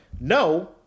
No